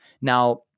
Now